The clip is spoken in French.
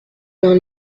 d’un